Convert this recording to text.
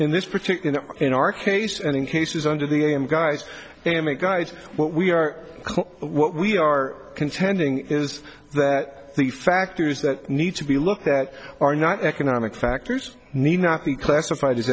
in this particular in our case and in cases under the guise amichai what we are what we are contending is that the factors that need to be looked at are not economic factors need not be classified as